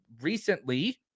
recently